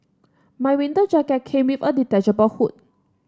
my winter jacket came with a detachable hood